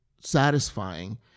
satisfying